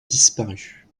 disparu